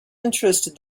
interested